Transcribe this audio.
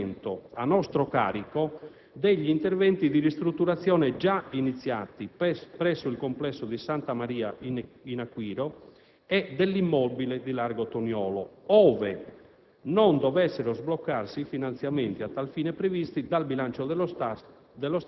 rilevanti e incombenti, come quella ad esempio dell'eventuale finanziamento a nostro carico degli interventi di ristrutturazione già iniziati presso il complesso di Santa Maria in Aquiro e dell'immobile di largo Toniolo, ove